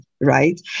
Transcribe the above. right